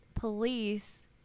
Police